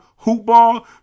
HOOPBALL